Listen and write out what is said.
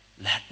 Let